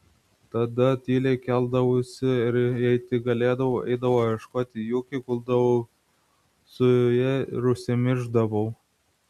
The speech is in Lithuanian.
tada tyliai keldavausi ir jei tik galėdavau eidavau ieškoti juki guldavau su ja ir užsimiršdavau